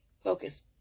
focus